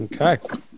Okay